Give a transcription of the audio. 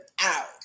out